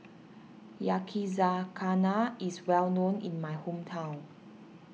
Yakizakana is well known in my hometown